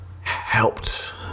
helped